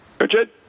Richard